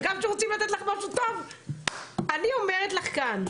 שגם כשרוצים לתת לך משהו טוב --- אני אומרת לך כאן,